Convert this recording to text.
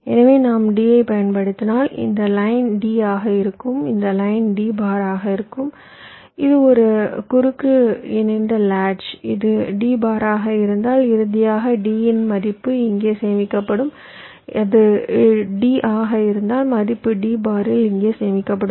எனவே நாம் D ஐப் பயன்படுத்தினால் இந்த லைன் D ஆக இருக்கும் இந்த லைன் D பாராக இருக்கும் இது ஒரு குறுக்கு இணைந்த லாட்ச் இது D பாராக இருந்தால் இறுதியாக D இன் மதிப்பு இங்கே சேமிக்கப்படும் அது D ஆக இருந்தால் மதிப்பு D பாரில் இங்கே சேமிக்கப்படும்